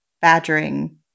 badgering